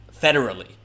federally